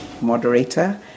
moderator